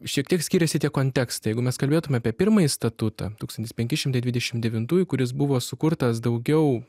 šiek tiek skiriasi tie kontekstai jeigu mes kalbėtume apie pirmąjį statutą tūkstantis penki šimtai dvidešim devintųjų kuris buvo sukurtas daugiau